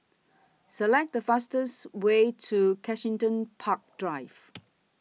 Select The fastest Way to Kensington Park Drive